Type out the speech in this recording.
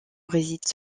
réside